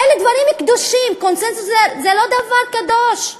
אלה דברים קדושים, קונסנזוס זה לא דבר קדוש.